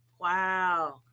Wow